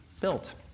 built